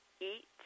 eat